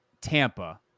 Tampa